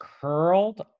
curled